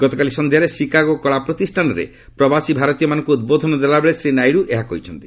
ଗତକାଲି ସଂଧ୍ୟାରେ ସିକାଗୋ କଳା ପ୍ରତିଷ୍ଠାନରେ ପ୍ରବାସୀ ଭାରତୀୟମାନଙ୍କୁ ଉଦ୍ବୋଧନ ଦେଲାବେଳେ ଶ୍ରୀ ନାଇଡୁ ଏହା କହିଛନ୍ତି